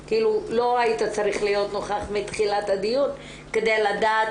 שלא היית צריך להיות נוכח מתחילת הדיון כדי לדעת